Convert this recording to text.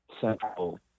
central